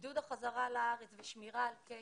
עידוד החזרה לארץ ושמירה על קשר,